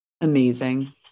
amazing